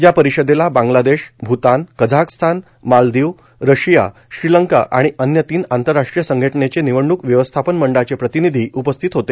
या परिषदेला Bangladesh Bhutan Kazakhstan Maldives Russia Sri Lanka आणि अन्य तीन आंतरराष्ट्रीय संघटनेचे निवडणूक व्यवस्थापन मंडळाचे प्रतिनिधी उपस्थित होते